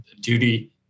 duty